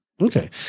Okay